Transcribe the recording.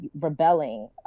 rebelling